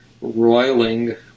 roiling